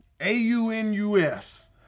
A-U-N-U-S